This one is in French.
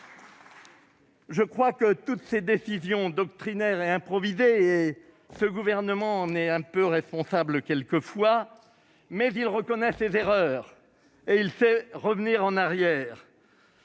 gardons-nous des décisions doctrinaires et improvisées : ce gouvernement en est un peu responsable, quelquefois, mais il reconnaît ses erreurs et il sait revenir en arrière.